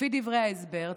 לפי דברי ההסבר,